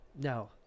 no